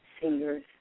singers